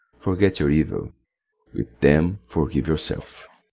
forget your evil with them, forgive yourself.